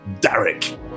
Derek